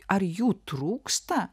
ar jų trūksta